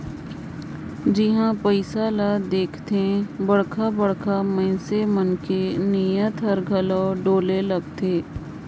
जिहां पइसा ल देखथे बड़खा बड़खा मइनसे मन कर नीयत हर घलो डोले लगथे